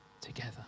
together